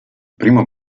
primo